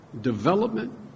Development